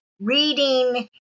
reading